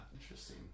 interesting